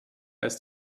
als